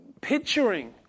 picturing